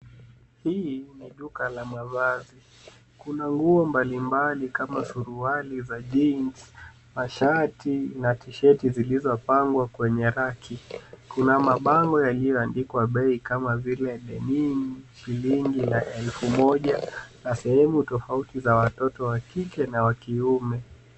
Hii ni duka la mavazi. Kuna nguo mbalimbali kama suruali za jeans , mashati na t-sheti zilizopangwa kwenye raki . Kuna mabango yaliyoandikwa bei kama vile denim shilingi ya elfu moja na sehemu tofauti za watoto wa kike na wa kiume.